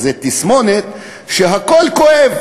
זה תסמונת שהכול כואב.